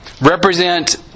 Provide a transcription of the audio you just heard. represent